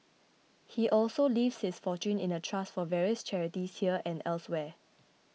he also leaves his fortune in a trust for various charities here and elsewhere